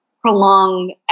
prolonged